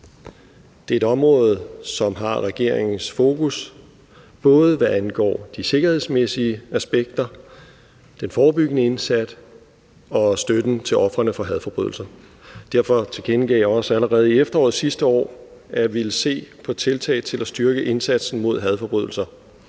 Det er et område, som har regeringens fokus, både hvad angår de sikkerhedsmæssige aspekter, den forebyggende indsats og støtten til ofrene for hadforbrydelser. Derfor tilkendegav jeg også allerede i efteråret sidste år, at jeg ville se på tiltag til at styrke indsatsen mod hadforbrydelser.